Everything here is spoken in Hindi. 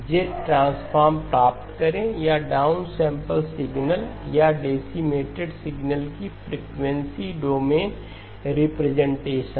Z ट्रांस्फ़ॉर्म प्राप्त करें या डाउन सैंपल सिग्नल या डेसीमेटेड सिग्नल की फ्रिकवेंसी डोमेन रिप्रेजेंटेशन